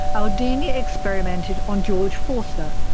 aldini experimented on george forster,